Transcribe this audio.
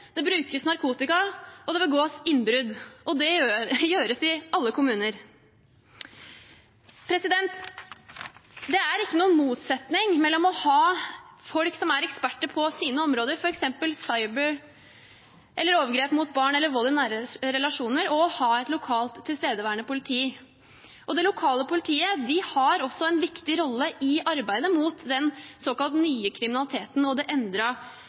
det brukes narkotika, og det begås innbrudd – og det gjøres i alle kommuner. Det er ikke noen motsetning mellom å ha folk som er eksperter på sine områder, f.eks. cyber eller overgrep mot barn eller vold i nære relasjoner, og å ha lokalt tilstedeværende politi. Det lokale politiet har også en viktig rolle i arbeidet mot den såkalt nye kriminaliteten og det